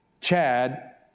Chad